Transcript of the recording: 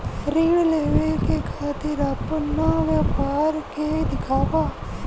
ऋण लेवे के खातिर अपना व्यापार के दिखावा?